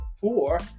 four